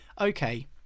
Okay